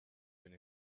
been